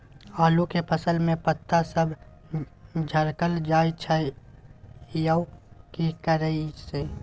आलू के फसल में पता सब झरकल जाय छै यो की करियैई?